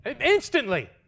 instantly